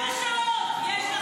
יש שבע שעות --- שבע שעות יש לכם.